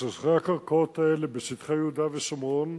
סכסוכי הקרקעות האלה בשטחי יהודה ושומרון,